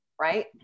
right